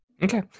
Okay